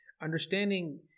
understanding